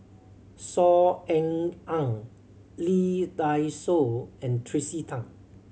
Saw Ean Ang Lee Dai Soh and Tracey Tan